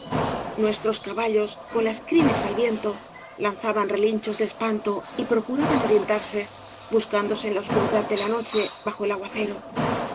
nuestros caballos con las crines al viento lanzaban relinchos de espanto y procuraban orientarse buscándose en la oscuridad de la noche bajo el aguacero